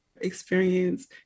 experience